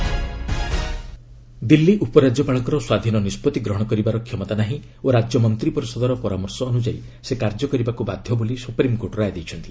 Delhi SC Delhi ଉପରାଜ୍ୟପାଳଙ୍କର ସ୍ୱାଧୀନ ନିଷ୍ପଭି ଗ୍ରହଣର କ୍ଷମତା ନାହିଁ ଓ ରାଜ୍ୟ ମନ୍ତ୍ରିପରିଷଦର ପରାମର୍ଶ ଅନୁଯାୟୀ ସେ କାର୍ଯ୍ୟ କରିବାକୁ ବାଧ୍ୟ ବୋଲି ସୁପ୍ରିମକୋର୍ଟ ରାୟ ଦେଇଛନ୍ତି